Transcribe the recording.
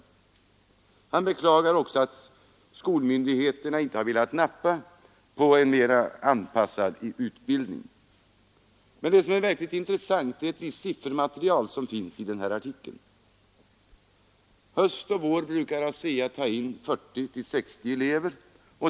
Herr Ekström beklagar också att skolmyndigheterna inte har velat nappa på förslag om en mera näringslivsanpassad utbildning. Men det verkligt intressanta är det siffermaterial som finns i artikeln. Höst och vår brukar ASEA ta in 40—60 elever.